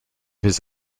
his